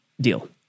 deal